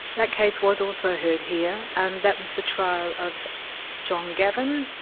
that case was also heard here, and that was the trial of john gavin.